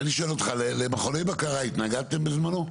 אני שואל אותך, למכוני בקרה, התנגדתם בזמנו?